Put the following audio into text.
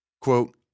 Quote